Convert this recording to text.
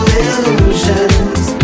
illusions